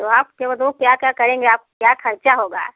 तो आप केवल ओ क्या क्या करेंगे आप क्या खर्चा होगा